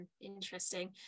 Interesting